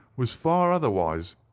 was far otherwise.